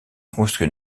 construit